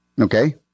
Okay